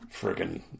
friggin